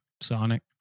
Sonic